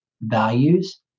values